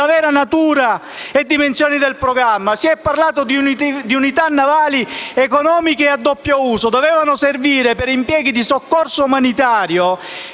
vera natura e dimensione del programma. Si è parlato di unità navali economiche e a doppio uso, che sarebbero dovute servire per impieghi di soccorso umanitario